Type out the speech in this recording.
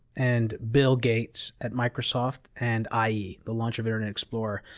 and bill gates at microsoft, and ie, the launch of internet explorer.